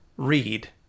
Read